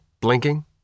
blinking